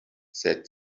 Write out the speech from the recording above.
said